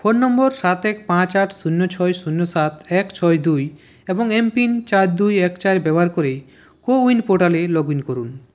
phone নম্বর সাত এক পাঁচ আট শূন্য ছয় শূন্য সাত এক ছয় দুই এবং এমপিন চার দুই এক চার ব্যবহার করে কোউইন পোর্টালে লগ ইন করুন